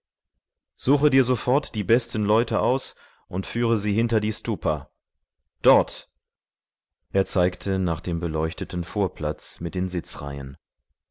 suche dir sofort die besten leute aus und führe sie hinter die stupa dort er zeigte nach dem beleuchteten vorplatz mit den sitzreihen